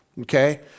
Okay